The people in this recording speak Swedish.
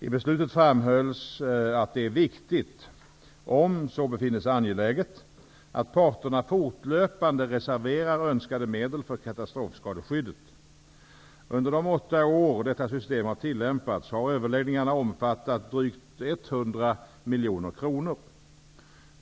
I beslutet framhölls att det är viktigt, om så befinnes angeläget, att parterna fortlöpande reserverar önskade medel för katastrofskadeskyddet. Under de åtta år detta system har tillämpats har överläggningarna omfattat drygt 100 miljoner kronor.